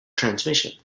transmission